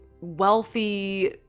wealthy